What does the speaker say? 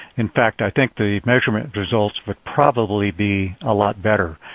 in fact i think the measurement results would probably be a lot better.